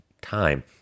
time